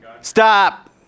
stop